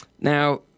now